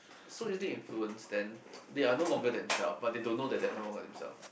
so easily influence then they are no longer themselves but they don't know that they are no longer themselves